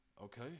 okay